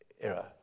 era